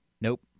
Nope